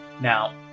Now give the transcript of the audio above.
now